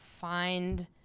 find